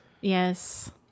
Yes